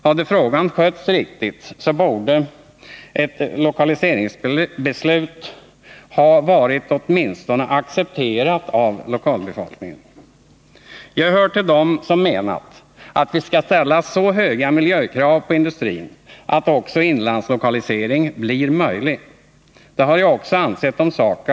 Hade frågan skötts riktigt, så borde ett lokaliseringsbeslut ha varit åtminstone accepterat av lokalbefolkningen. Jag hör till dem som menat att vi skall ställa så höga miljökrav på industrin att också inlandslokalisering kan bli möjlig. Det har jag ansett också om SAKAB.